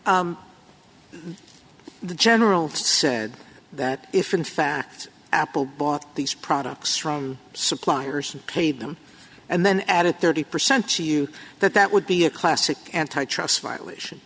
with the general said that if in fact apple bought these products from suppliers pay them and then added thirty percent to you that that would be a classic antitrust violation